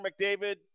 McDavid